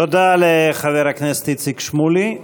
תודה לחבר הכנסת איציק שמולי.